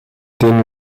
denen